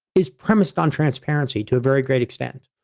is premised on transparency to a very great extent.